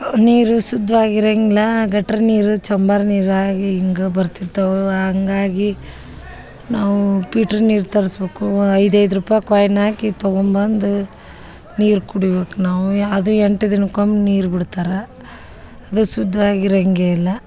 ನೀರು ಶುದ್ವಾಗ್ ಇರಂಗಿಲ್ಲ ಗಟ್ರ ನೀರು ಚಂಬರ್ ನೀರು ಆಗಿ ಹಿಂಗ ಬರ್ತಿರ್ತವೆ ಹಂಗಾಗಿ ನಾವು ಪೀಟ್ರ್ ನೀರು ತರ್ಸ್ಬೇಕು ಐದೈದು ರೂಪಾಯಿ ಕಾಯ್ನ್ ಹಾಕಿ ತಗೊಂಬಂದು ನೀರು ಕುಡಿಬೇಕು ನಾವು ಅದು ಎಂಟು ದಿನಕ್ಕೊಮ್ಮೆ ನೀರು ಬಿಡ್ತಾರೆ ಅದು ಶುದ್ವಾಗ್ ಇರಂಗೆ ಇಲ್ಲ